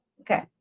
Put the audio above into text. Okay